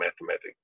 mathematics